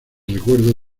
recuerdo